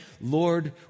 Lord